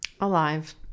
Alive